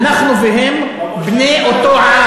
ממתי אתה